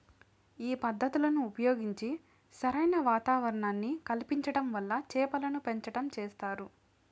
ఈ పద్ధతులను ఉపయోగించి సరైన వాతావరణాన్ని కల్పించటం వల్ల చేపలను పెంచటం చేస్తారు